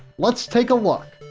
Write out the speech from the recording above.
let's take a look.